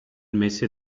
mese